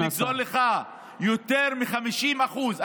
לגזול לך יותר מ-50%?